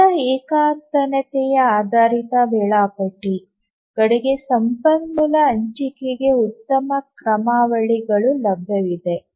ದರ ಏಕತಾನತೆಯ ಆಧಾರಿತ ವೇಳಾಪಟ್ಟಿಗಳಿಗೆ ಸಂಪನ್ಮೂಲ ಹಂಚಿಕೆಗಾಗಿ ಉತ್ತಮ ಕ್ರಮಾವಳಿಗಳು ಲಭ್ಯವಿದೆ